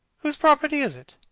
whose property is it?